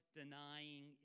denying